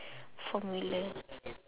formula